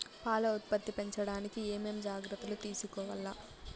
పాల ఉత్పత్తి పెంచడానికి ఏమేం జాగ్రత్తలు తీసుకోవల్ల?